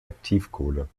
aktivkohle